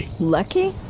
Lucky